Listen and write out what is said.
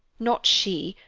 not she,